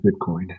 Bitcoin